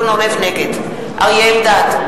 נגד אריה אלדד,